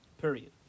Period